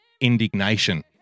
indignation